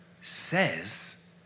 says